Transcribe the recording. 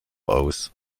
aus